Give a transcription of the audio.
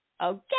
Okay